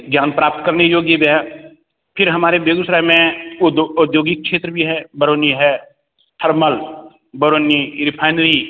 ज्ञान प्राप्त करने योग भी है फिर हमारे बेगूसराय में उद्यो औद्योगिक क्षेत्र भी है बरौनी है थर्मल बरौनी वह रफायनरी